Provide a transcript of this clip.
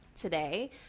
today